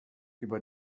über